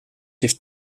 heeft